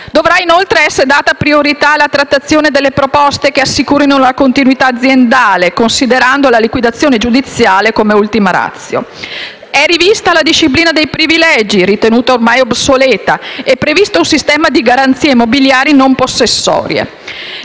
Dovrà, inoltre, essere data priorità alla trattazione delle proposte che assicurino la continuità aziendale, considerando la liquidazione giudiziale come ultima *ratio*. Rivisitata anche la disciplina dei privilegi, ritenuta ormai obsoleta, e previsto un sistema di garanzie mobiliari non possessorie.